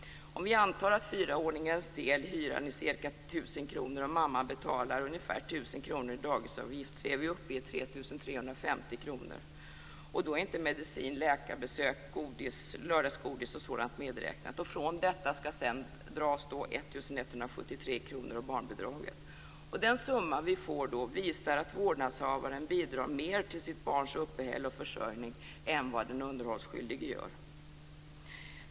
Om vi antar att fyraåringens del i hyran är ca 1 000 kr och att mamman betalar ungefär 1 000 kr i dagisavgift är vi uppe i 3 350 kr. Och då är inte medicin, läkarbesök, lördagsgodis och sådant medräknat. Från detta skall 1 173 kr och barnbidraget dras. Summan visar att vårdnadshavaren bidrar mer till sitt barns uppehälle och försörjning än vad den underhållsskyldige gör.